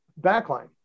backline